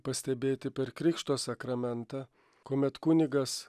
pastebėti per krikšto sakramentą kuomet kunigas